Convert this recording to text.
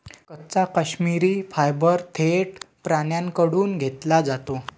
कच्चा काश्मिरी फायबर थेट प्राण्यांकडून घेतला जातो